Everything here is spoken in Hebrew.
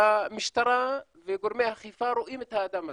והמשטרה וגורמי האכיפה רואים את האדם הזה,